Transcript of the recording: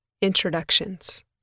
Introductions